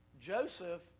Joseph